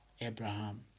Abraham